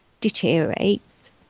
deteriorates